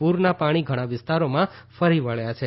પૂરના પાણી ઘણાં વિસ્તારોમાં ફરી વબ્યા છે